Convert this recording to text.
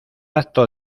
acto